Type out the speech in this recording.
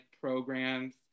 programs